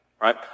Right